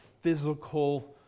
physical